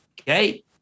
Okay